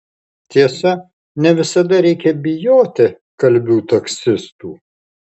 tiesa ne visada reikia bijoti kalbių taksistų